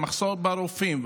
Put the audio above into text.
המחסור ברופאים,